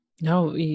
no